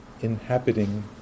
inhabiting